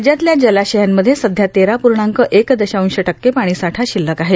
राज्यातल्या जलाशयांमध्ये सध्या तेरा पूर्णांक एक दशांश टक्के पाणीसाठा शिल्लक आहे